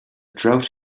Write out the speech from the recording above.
drought